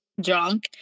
drunk